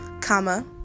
comma